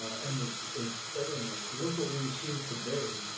and it's it's failing us. look what we see today,